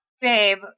Babe